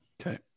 Okay